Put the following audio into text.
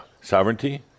Sovereignty